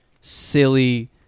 silly